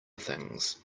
things